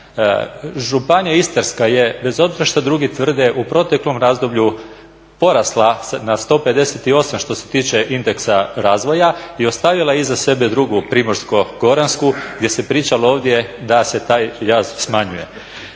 Županija Istarska je bez obzira što drugi tvrde u proteklom razdoblju porasla na 158 što se tiče indeksa razvoja i ostavila je iza sebe drugu Primorsko-goransku gdje se pričalo ovdje da se taj jaz smanjuje.